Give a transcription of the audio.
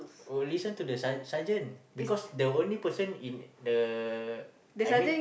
will listen to the ser~ sergeant because the only person in the I mean